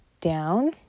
down